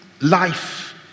life